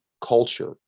culture